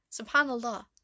SubhanAllah